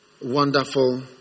wonderful